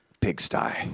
pigsty